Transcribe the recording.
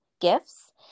gifts